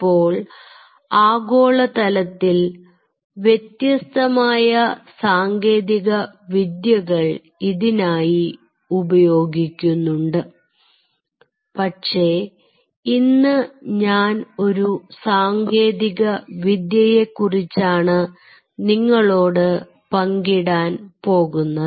ഇപ്പോൾ ആഗോളതലത്തിൽ വ്യത്യസ്തമായ സാങ്കേതികവിദ്യകൾ ഇതിനായി ഉപയോഗിക്കുന്നുണ്ട് പക്ഷെ ഇന്ന് ഞാൻ ഒരു സാങ്കേതികവിദ്യയെ കുറിച്ചാണ് നിങ്ങളോട് പങ്കിടാൻ പോകുന്നത്